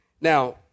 Now